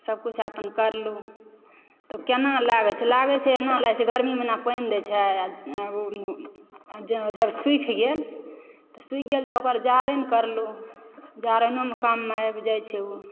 सभ किछु अपन करलु तब केना लागय छै लागय छै अहिना लागय छै गर्मी महीनामे पानि दय छी आओर जब सुखि गेल तऽ सुखि गेल तऽ ओकर जारनि करलु जारनोमे काम आबि जाइत छै ओ